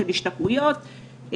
של השתקעויות,